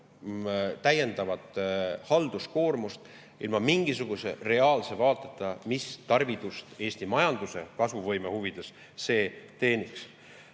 täiendavat halduskoormust, ja ilma mingisuguse reaalse [arusaamata], mis tarvidust see Eesti majanduse kasvuvõime huvides teeniks.